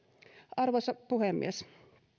arvoisa puhemies